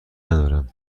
ندارم